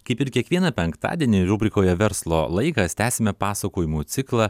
kaip ir kiekvieną penktadienį rubrikoje verslo laikas tęsiame pasakojimų ciklą